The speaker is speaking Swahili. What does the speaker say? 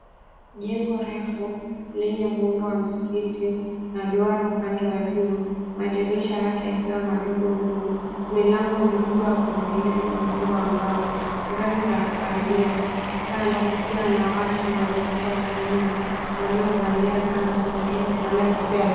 Jengo refu lenye muundo wa mskiti na duara upande wa juu, madirisha yake yakiwa madogo mno, milango mikubwa ya kuingilia yenye muundo wa mbao, ngazi za kupandia, kando kukiwa na watu wa jinsia ya kiume waliovalia kanzu, wengine kuvalia kofia juu.